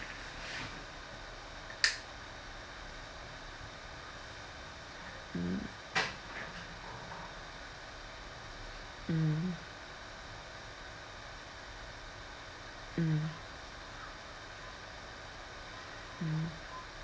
mm mm mm mm